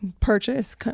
purchase